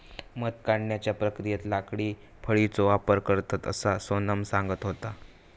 मध काढण्याच्या प्रक्रियेत लाकडी फळीचो वापर करतत, असा सोनम सांगत होता